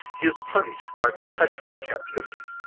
he is punished by perpetual captivity.